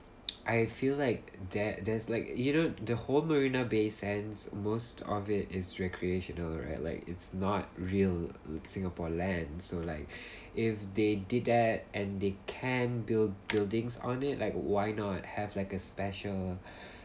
I feel like there there's like you know the whole Marina Bay Sands most of it is recreational right like it's not real singapore land so like if they did that and they can build buildings on it like why not have like a special